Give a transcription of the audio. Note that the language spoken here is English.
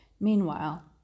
Meanwhile